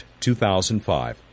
2005